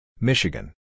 Michigan